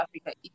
Africa